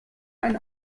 einen